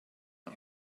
это